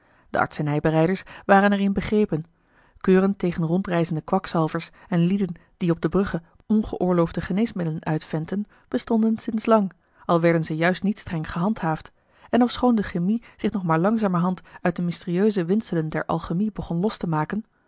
de artsenijbereiders waren er in begrepen keuren tegen rondreizende kwakzalvers en lieden die op de brugge ongeoorloofde geneesmiddelen uitventten bestonden sinds lang al werden ze juist niet streng gehandhaafd en ofschoon de chemie zich nog maar langzamerhand uit de mysterieuse windselen der alchimie begon los te maken